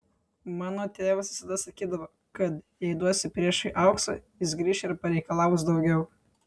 mano tėvas visada sakydavo kad jei duosi priešui aukso jis grįš ir pareikalaus daugiau